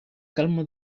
calma